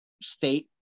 state